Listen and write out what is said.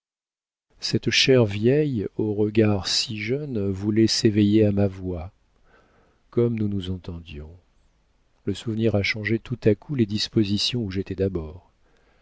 cette chère vieille au regard si jeune voulait s'éveiller à ma voix comme nous nous entendions le souvenir a changé tout à coup les dispositions où j'étais d'abord